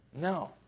No